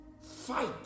fight